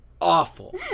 awful